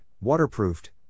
waterproofed